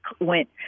went